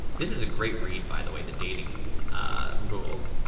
this is a great read by the way, the dating rules